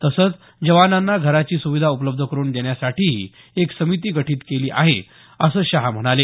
तसंच जवानांना घराची सुविधा उपलब्ध करुन देण्यासाठीही एक समिती गठित केली आहे असं त्यांनी नमूद केलं